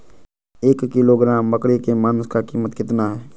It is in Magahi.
एक किलोग्राम बकरी के मांस का कीमत कितना है?